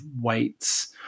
weights